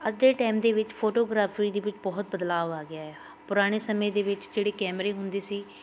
ਅੱਜ ਦੇ ਟਾਈਮ ਦੇ ਵਿੱਚ ਫੋਟੋਗ੍ਰਾਫੀ ਦੇ ਵਿੱਚ ਬਹੁਤ ਬਦਲਾਵ ਆ ਗਿਆ ਆ ਪੁਰਾਣੇ ਸਮੇਂ ਦੇ ਵਿੱਚ ਜਿਹੜੇ ਕੈਮਰੇ ਹੁੰਦੇ ਸੀ